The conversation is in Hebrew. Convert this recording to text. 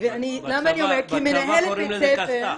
--- בצבא קוראים לזה כסת"ח.